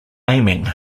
aiming